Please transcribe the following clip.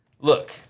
Look